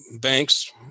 banks